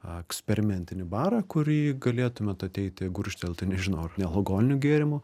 eksperimentinį barą kurį galėtumėt ateiti gurkštelti nežinau ar nealkoholinių gėrimų